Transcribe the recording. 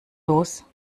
los